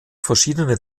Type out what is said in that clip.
verschiedene